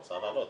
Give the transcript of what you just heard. מצוין.